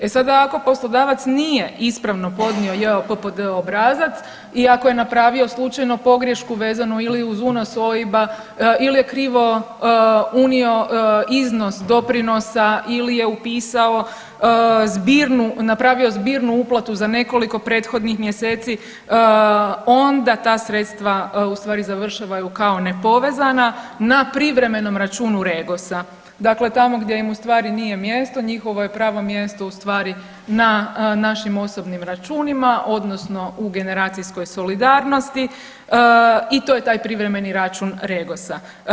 E sada ako poslodavac nije ispravno podnio JOPPD obrazac i ako je napravio slučajno pogrješku vezano ili uz unos OIB-a ili je krivo unio iznos doprinosa ili je upisao zbirnu, napravio zbirnu uplatu za nekoliko prethodnih mjeseci, onda ta sredstva ustvari završavaju kao nepovezana na privremenom računu REGOS-a, dakle tamo gdje im ustvari nije mjesto, njihovo je pravo mjesto ustvari na našim osobnim računima odnosno u generacijskoj solidarnosti i to je taj privremeni račun REGOS-a.